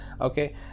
Okay